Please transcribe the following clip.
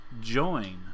join